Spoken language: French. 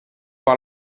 par